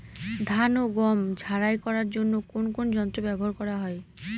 ধান ও গম ঝারাই করার জন্য কোন কোন যন্ত্র ব্যাবহার করা হয়?